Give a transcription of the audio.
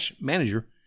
manager